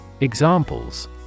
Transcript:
Examples